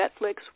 Netflix